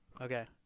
Okay